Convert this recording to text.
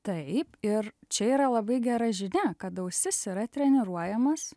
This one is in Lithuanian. taip ir čia yra labai gera žinia kad ausis yra treniruojamas